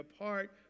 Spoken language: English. apart